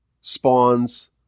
spawns